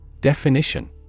Definition